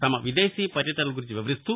తమ విదేశీ పర్యటనలు గురించి వివరిస్తూ